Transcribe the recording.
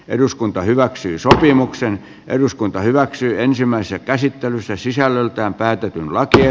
eduskunta hyväksyy sopimuksen eduskunta hyväksyi ensimmäisen käsittelyssä sisällöltään täytetyn latuja